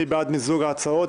מי בעד מיזוג ההצעות?